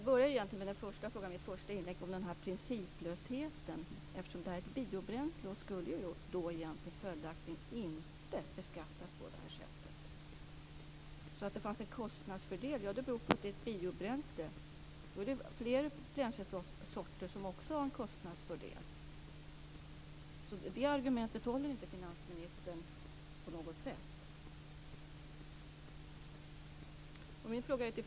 Fru talman! Den första frågan i mitt första inlägg gällde principlösheten. Eftersom det här är ett biobränsle skulle det följaktligen inte beskattas på det här sättet. Att det fanns en kostnadsfördel beror på att det är ett biobränsle. Då finns det fler bränslesorter som också har en kostnadsfördel. Det argumentet håller inte på något sätt.